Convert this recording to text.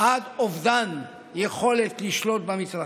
עד אובדן יכולת לשלוט במתרחש.